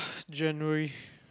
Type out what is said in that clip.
January